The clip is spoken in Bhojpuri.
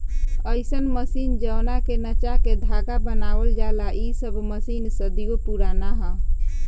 अईसन मशीन जवना के नचा के धागा बनावल जाला इ सब मशीन सदियों पुराना ह